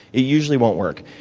it usually won't work.